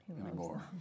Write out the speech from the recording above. anymore